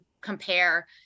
compare